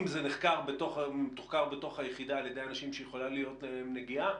אם זה מתוחקר בתוך היחידה על ידי אנשים שיכולה להיות להם נגיעה,